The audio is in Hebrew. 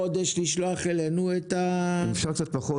לשלוח אלינו את ה --- אם אפשר קצת פחות